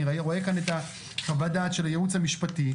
אני רואה את חוות הדעת של הייעוץ המשפטי,